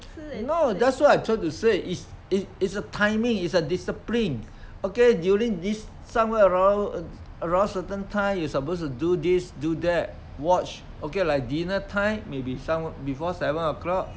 no that's what I'm trying to say it's it's it's a timing it's a discipline okay during this somewhere around around certain time you're supposed to do this do that watch okay like dinner time may be somew~ before seven o'clock